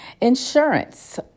insurance